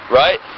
right